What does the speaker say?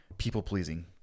people-pleasing